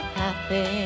happy